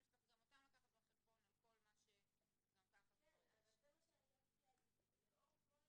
מה נראה לך מההיכרות שלך איתי, שאני הבנתי או לא?